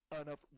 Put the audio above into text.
enough